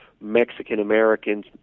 Mexican-Americans